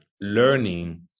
learning